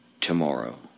tomorrow